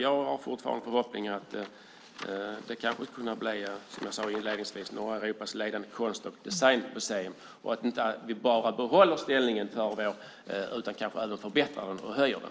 Jag har fortfarande en förhoppning om att det kanske ska kunna bli, som jag sade inledningsvis, norra Europas ledande konst och designmuseum, så att vi inte bara behåller ställningen utan kanske även förbättrar den och höjer den.